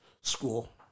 school